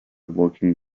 working